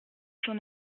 son